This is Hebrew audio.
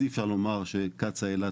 אז אי אפשר לומר שקצא"א אילת,